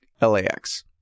LAX